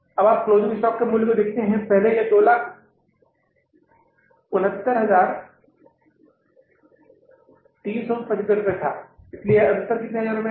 अब आप closing stock के मूल्य को देखते हैं पहले यह 269375 था इसलिए यह अंतर कितने हजारों आया